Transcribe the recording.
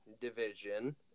division